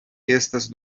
estas